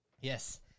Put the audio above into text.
Yes